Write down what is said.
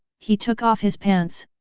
he took off his pants,